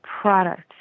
product